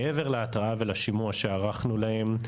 מעבר להתראה ולשימוע שערכנו להם,